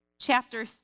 chapter